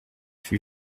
fût